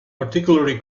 particularly